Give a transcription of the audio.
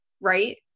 Right